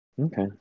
Okay